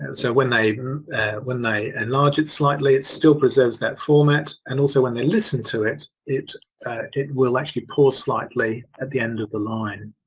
and so when they when they enlarge it it still preserves that format and also when they listen to it it it will actually pause slightly at the end of the line.